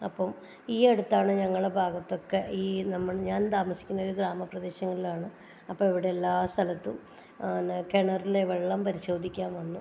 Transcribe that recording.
അപ്പം ഈ അടുത്താണ് ഞങ്ങളുടെ ഭാഗത്ത് ഒക്കെ ഈ നമ്മുടെ ഞാൻ താമസിക്കുന്ന ഒരു ഗ്രാമപ്രദേശങ്ങളിലാണ് അപ്പോൾ അവിടെ എല്ലാ സ്ഥലത്തും പിന്നെ കിണറിലെ വെള്ളം പരിശോധിക്കാൻ വന്നു